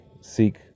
seek